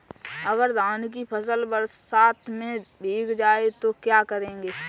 अगर धान की फसल बरसात में भीग जाए तो क्या करें?